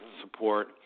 support